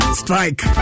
strike